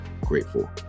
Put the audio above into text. grateful